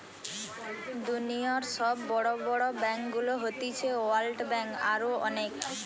দুনিয়র সব বড় বড় ব্যাংকগুলো হতিছে ওয়ার্ল্ড ব্যাঙ্ক, আরো অনেক